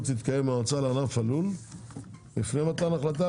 תתקיים עם המועצה לענף הלול לפני מתן החלטה,